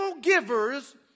givers